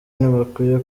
ntibakwiye